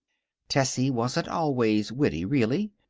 tessie wasn't always witty, really.